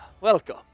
welcome